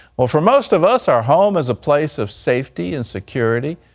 for most of us, our home is a place of safety and security.